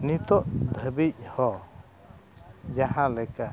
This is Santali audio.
ᱱᱤᱛᱳᱜ ᱫᱷᱟᱹᱵᱤᱡ ᱦᱚᱸ ᱡᱟᱦᱟᱸ ᱞᱮᱠᱟ